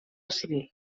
civil